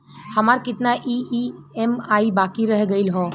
हमार कितना ई ई.एम.आई बाकी रह गइल हौ?